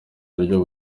buryo